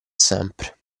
sempre